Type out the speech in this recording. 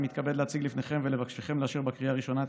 אני מתכבד להציג לפניכם ולבקשכם לאשר בקריאה ראשונה את